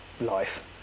life